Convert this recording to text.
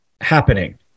happening